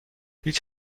هیچ